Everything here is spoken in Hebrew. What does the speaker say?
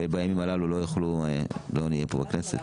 שבימים הללו לא נהיה פה בכנסת.